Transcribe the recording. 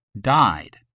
died